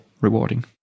rewarding